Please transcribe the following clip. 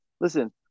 listen